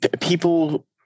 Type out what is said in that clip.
People